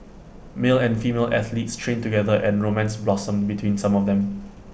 male and female athletes trained together and romance blossomed between some of them